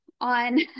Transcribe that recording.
on